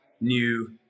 new